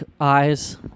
eyes